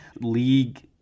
league